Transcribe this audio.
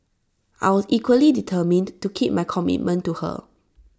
I was equally determined to keep my commitment to her